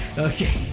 Okay